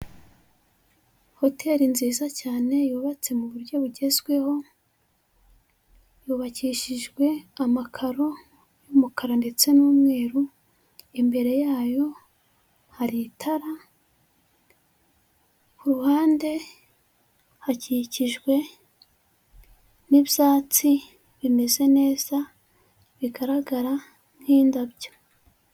Hoteli nziza cyane, yubatse mu buryo bugezweho, yubakishijwe amakaro y'umukara ndetse n'umweru, imbere yayo hari itara, kuruhande hakikijwe n'ibyatsi bimeze neza, bigaragara nk'indabyo.